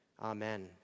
Amen